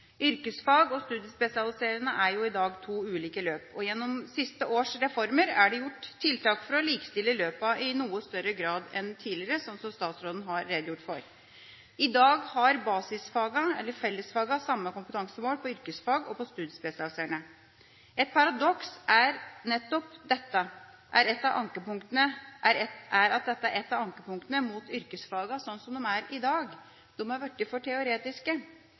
Yrkesfag og studiespesialiserende er i dag to ulike løp. Gjennom siste års reformer er det gjort tiltak for å likestille løpene i noe større grad enn tidligere, som statsråden har redegjort for. I dag har basisfagene, eller fellesfagene, samme kompetansemål på yrkesfag som på studiespesialiserende. Et paradoks er at nettopp dette er et av ankepunktene mot yrkesfagene slik de er i dag. De har blitt for teoretiske. Studieforberedende linjer skal – som det ligger i ordet – nettopp klargjøre elevene for